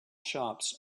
shops